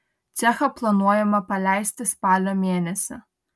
cechą planuojama paleisti spalio mėnesį